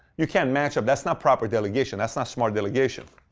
you can't match up. that's not proper delegation. that's not smart delegation.